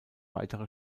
weitere